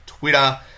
Twitter